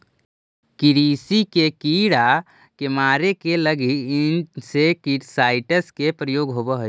कृषि के कीड़ा के मारे के लगी इंसेक्टिसाइट्स् के प्रयोग होवऽ हई